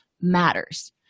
matters